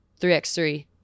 3X3